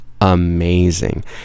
amazing